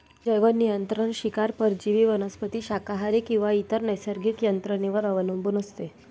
जैवनियंत्रण शिकार परजीवी वनस्पती शाकाहारी किंवा इतर नैसर्गिक यंत्रणेवर अवलंबून असते